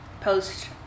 post